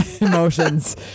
emotions